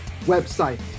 website